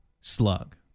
slug